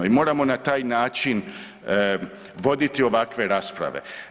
I moramo na taj način voditi ovakve rasprave.